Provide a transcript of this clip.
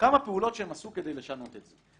כמה פעולות שהם עשו כדי לשנות את זה,